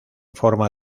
forma